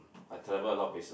I travel a lot of places